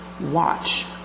watch